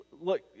look